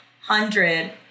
hundred